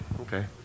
Okay